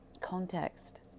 context